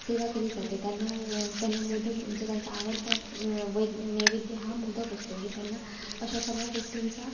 सेवा केली जाते त्यांना त्यांना मोदक म्हणजे त्यांचा आवडता वै नैवेद्य हा मोदक असतो हे त्यांना अशा सगळ्या गोष्टींचा